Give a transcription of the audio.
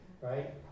right